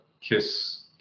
kiss